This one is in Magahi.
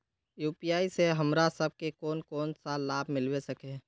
यु.पी.आई से हमरा सब के कोन कोन सा लाभ मिलबे सके है?